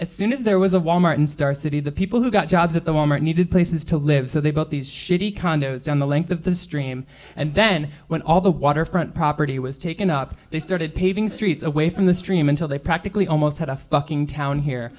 as soon as there was a wal mart in star city the people who got jobs at the wal mart needed places to live so they bought these shitty condos down the length of the stream and then went all the waterfront property was taken up they started paving streets away from the stream until they practically almost had a fucking town here